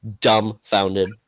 dumbfounded